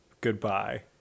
Goodbye